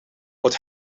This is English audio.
but